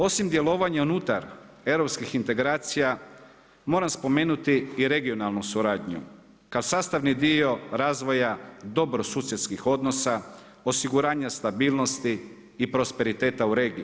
Osim djelovanja unutar europskih integracija moram spomenuti i regionalnu suradnju kao sastavni dio razvoja dobrosusjedskih odnosa, osiguranja stabilnosti i prosperiteta u regiji.